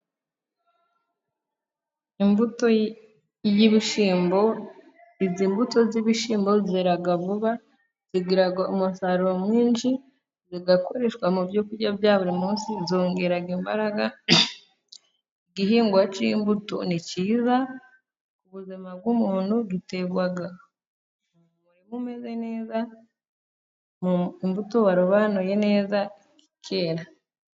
Imbuto y'ibishyimbo, izi mbuto z'ibishyimbo zera vuba, zigira umusaruro mwinshi, zigakoreshwa mu byo kurya bya buri munsi, zongera imbaraga. Igihingwa cy'imbuto ni cyiza ku buzima bw'umuntu, giterwa kimeze neza mu mbuto warobanuye neza, kikera.